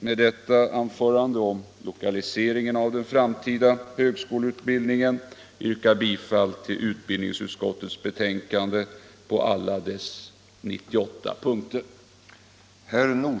Med detta anförande om lokaliseringen av den framtida högskoleutbildningen vill jag yrka bifall till utbildningsutskottets hemställan i betänkandet nr 17 på alla dess 98 punkter.